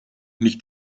nicht